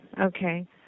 Okay